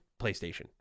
PlayStation